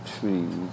trees